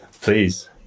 Please